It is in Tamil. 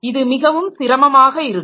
இது மிகவும் சிரமமாக இருக்கும்